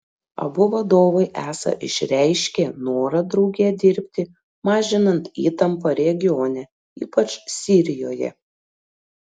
abu vadovai esą išreiškė norą drauge dirbti mažinant įtampą regione ypač sirijoje